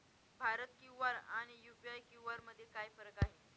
Bharat QR आणि UPI QR मध्ये काय फरक आहे?